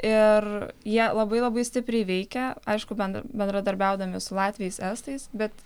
ir jie labai labai stipriai veikia aišku bendr bendradarbiaudami su latviais estais bet